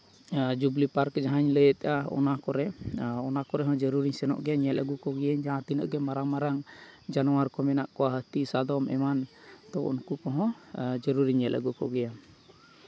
Jubilee park ᱡᱟᱦᱟᱸᱧ ᱞᱟᱹᱭᱮᱫᱼᱟ ᱚᱱᱟ ᱠᱚᱨᱮ ᱚᱱᱟ ᱠᱚᱨᱮ ᱦᱚᱸ ᱡᱟᱹᱨᱩᱲᱤᱧ ᱥᱮᱱᱚᱜ ᱜᱮᱭᱟ ᱧᱮᱞ ᱟᱹᱜᱩ ᱠᱚᱜᱮᱭᱟᱹᱧ ᱡᱟᱦᱟᱸ ᱛᱤᱱᱟᱹᱜ ᱜᱮ ᱢᱟᱨᱟᱝ ᱢᱟᱨᱟᱝ ᱡᱟᱱᱣᱟᱨ ᱠᱚ ᱢᱮᱱᱟᱜ ᱠᱚᱣᱟ ᱦᱟᱹᱛᱤ ᱥᱟᱫᱚᱢ ᱮᱢᱟᱱ ᱛᱚ ᱩᱱᱠᱩ ᱠᱚᱦᱚᱸ ᱡᱟᱨᱩᱲᱤᱧ ᱧᱮᱞ ᱟᱹᱜᱩ ᱠᱚᱜᱮᱭᱟ